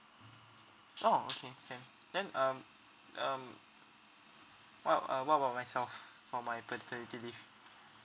oh okay can then um um what uh what about myself for my paternity leave